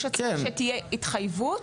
יש הצעה שתהיה התחייבות.